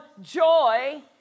joy